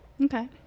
Okay